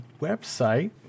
website